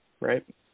right